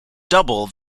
double